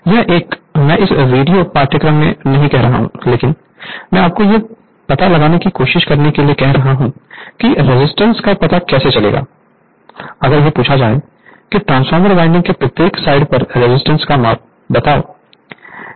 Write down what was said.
यह एक मैं इस वीडियो पाठ्यक्रम में नहीं कर रहा हूं लेकिन मैं आपको यह पता लगाने की कोशिश करने के लिए कह रहा हूं कि रेजिस्टेंस का पता कैसे लगाया जाए अगर यह पूछा जाए कि ट्रांसफार्मर वाइंडिंग के प्रत्येक साइड पर रेजिस्टेंस को मापता है